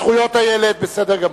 זכויות הילד, בסדר גמור.